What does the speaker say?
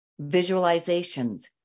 visualizations